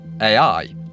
AI